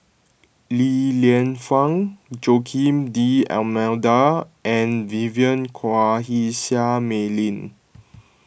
Li Lienfung Joaquim D'Almeida and Vivien Quahe Seah Mei Lin